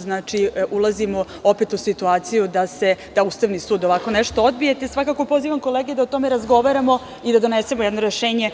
Znači, ulazimo opet u situaciju da Ustavni sud ovako nešto odbije, te svakako pozivam kolege da o tome razgovaramo i da donesemo jedno rešenje